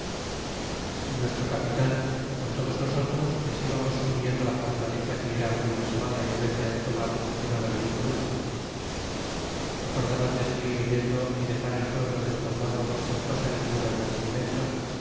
y nuestro capitan con todos nosotros les íbamos subiendo la fortaleza que era muy mas mala y recia de tomar que no la de cholula acordáron de se ir huyendo y dexar el pueblo despoblado y sin cosa ninguna de bastimentos